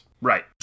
Right